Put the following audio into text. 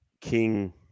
King